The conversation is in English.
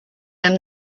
him